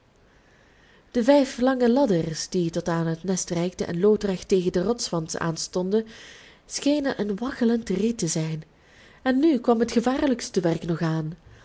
de vijf lange ladders die tot aan het nest reikten en loodrecht tegen den rotswand aanstonden schenen een waggelend riet te zijn en nu kwam het gevaarlijkste werk nog aan